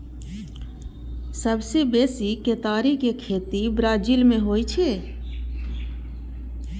सबसं बेसी केतारी के खेती ब्राजील मे होइ छै